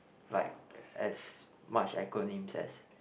like as much acronyms as